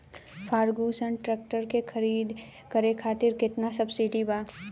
Ferguson tractor के खरीद करे खातिर केतना सब्सिडी बा?